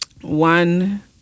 one